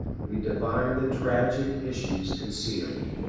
we divine the tragic issues concealed.